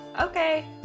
Okay